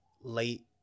late